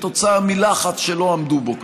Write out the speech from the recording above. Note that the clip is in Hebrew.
כתוצאה מלחץ שלא עמדו בו,